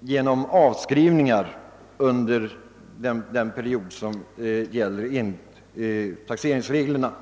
genom avskrivningar under den period som gäl ler enligt taxeringsreglerna.